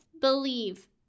believe